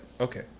Okay